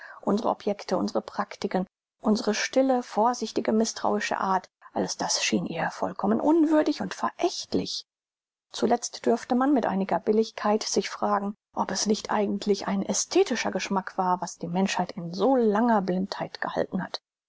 unsre objekte unsre praktiken unsre stille vorsichtige mißtrauische art alles das schien ihr vollkommen unwürdig und verächtlich zuletzt dürfte man mit einiger billigkeit sich fragen ob es nicht eigentlich ein ästhetischer geschmack war was die menschheit in so langer blindheit gehalten hat